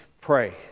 pray